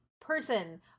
person-